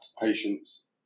patients